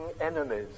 enemies